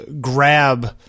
grab